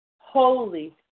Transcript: holy